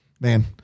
man